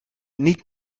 niet